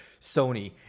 Sony